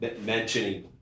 mentioning